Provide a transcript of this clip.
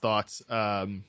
thoughts